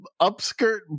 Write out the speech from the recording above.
upskirt